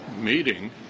meeting